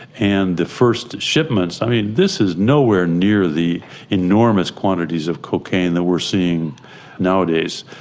and the first shipments, i mean this is nowhere near the enormous quantities of cocaine that we're seeing nowadays,